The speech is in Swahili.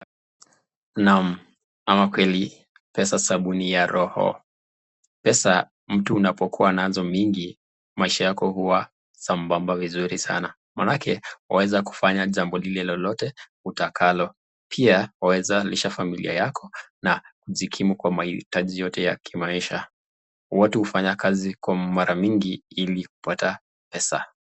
Naam ama kweli pesa sabuni ya roho. Pesa mtu unapokuwa nazo mingi maisha yako huwa sambamba vizuri sana manake waeza kufanya jambo lile lolote utakalo. Pia waweza lisha familia yako na kujikimu kwa maitaji yote ya kimaisha. Watu hufanya kazi kwa mara mingi ili kupata pesa.